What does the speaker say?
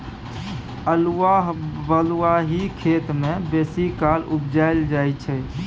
अल्हुआ बलुआही खेत मे बेसीकाल उपजाएल जाइ छै